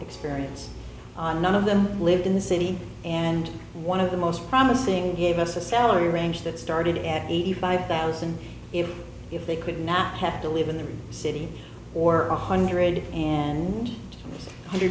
experience none of them lived in the city and one of the most promising gave us a salary range that started at eighty five thousand if they could not have to live in the city or one hundred and one hundred